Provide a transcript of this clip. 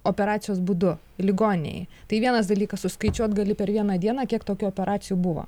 operacijos būdu ligoninėj tai vienas dalykas suskaičiuot gali per vieną dieną kiek tokių operacijų buvo